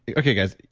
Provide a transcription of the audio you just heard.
okay guys,